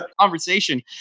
conversation